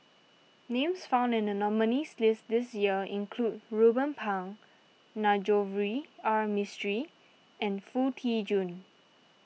names found in the nominees' list this year include Ruben Pang Navroji R Mistri and Foo Tee Jun